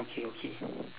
okay okay